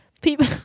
people